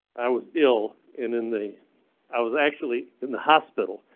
i was ill and in the i was actually in the hospital.